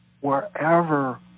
wherever